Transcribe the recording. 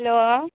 hello